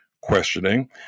questioning